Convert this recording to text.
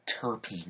terpene